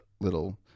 little